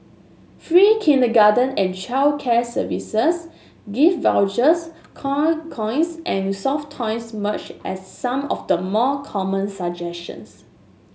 free kindergarten and childcare services gift vouchers coin coins and soft toys emerged as some of the more common suggestions